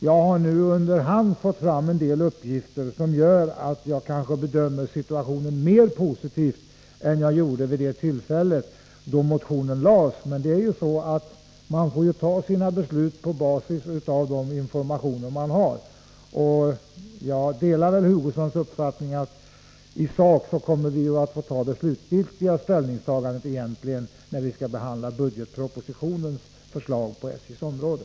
Jag har under hand fått fram en del uppgifter som gör att jag nu kanske bedömer situationen mer positivt än vad jag gjorde då motionen väcktes. Men man får fatta sina beslut på basis av de informationer som man har vid beslutstillfället. Jag delar Hugossons uppfattning att vi i sak egentligen kommer att få göra det slutgiltiga ställningstagandet när vi skall behandla budgetpropositionens förslag på SJ:s område.